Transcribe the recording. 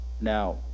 now